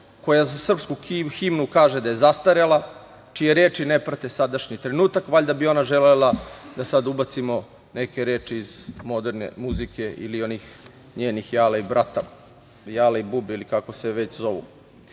koja za srpsku himnu kaže da je zastarela, čije reči ne prate sadašnji trenutak. Valjda bi ona želela da sada ubacimo neke reči iz moderne muzike ili onih njenih, jala i brata, jale i bube, ili kako se već zovu,